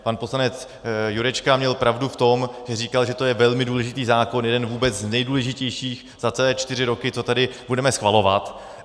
Pan poslanec Jurečka měl pravdu v tom, že říkal, že to je velmi důležitý zákon, jeden vůbec z nejdůležitějších za celé čtyři roky, co tady budeme schvalovat.